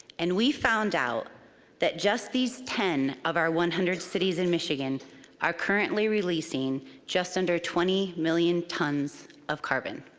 and we found out that just these ten of our one hundred cities in michigan are currently releasing just under twenty million tons of carbon.